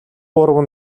гурав